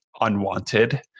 unwanted